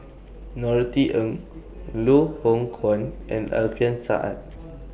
Norothy Ng Loh Hoong Kwan and Alfian Sa'at